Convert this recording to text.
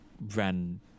ran